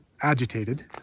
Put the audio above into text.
agitated